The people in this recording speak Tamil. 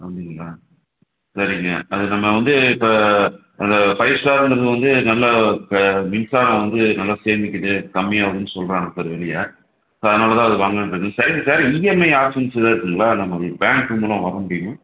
அப்படிங்களா சரிங்க அது நம்ம வந்து இப்போ அந்த ஃபைவ் ஸ்டாருங்கறது வந்து நல்ல இப்போ மின்சாரம் வந்து நல்லா சேமிக்கிது கம்மியாகவும் சொல்லுறாங்க சார் வெளியே ஸோ அதனாலதான் அது வாங்கணுன்னுருக்கேன் சரிங்க சார் இஎம்ஐ ஆப்ஷன்ஸ் எதாவது இருக்குங்களா நம்ம இது பேங்க் மூலம் வாங்க முடியுமா